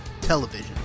television